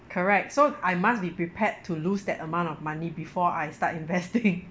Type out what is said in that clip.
correct so I must be prepared to lose that amount of money before I start investing